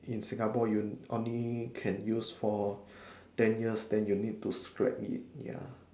in Singapore you only can use for ten years than you need to scrape it ya